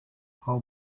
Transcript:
how